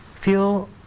feel